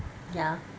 ya